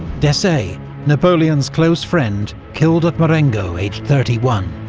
desaix, napoleon's close friend killed at marengo aged thirty one.